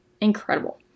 Incredible